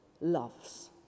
loves